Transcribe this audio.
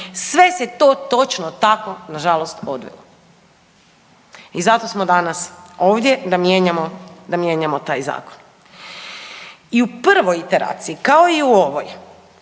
sve se to točno tako nažalost odvilo. I zato smo danas ovdje da mijenjamo, da mijenjamo taj zakon. I u prvoj iteraciji kao i u ovoj,